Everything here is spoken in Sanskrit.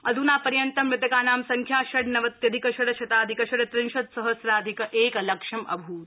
अध्नापर्यन्त मृतकानां संख्या षड्नवत्यधिक षड् शताधिक षड्त्रिंशत् सहस्राधिक एक लक्ष अभूत्